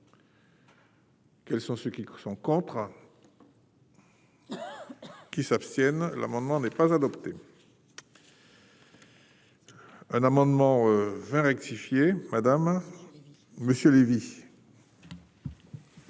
Quels sont ceux qui sont contre, qui s'abstiennent l'amendement n'est pas adopté. Un amendement 20 rectifié madame monsieur Lévy.